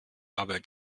aber